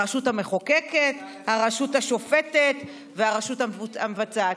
הרשות המחוקקת, הרשות השופטת והרשות המבצעת.